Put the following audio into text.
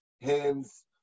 hands